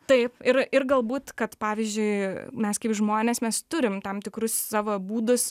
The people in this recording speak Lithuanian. taip ir ir galbūt kad pavyzdžiui mes kaip žmonės mes turim tam tikrus savo būdus